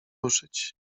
ruszyć